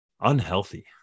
unhealthy